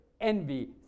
envy